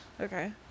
Okay